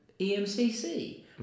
EMCC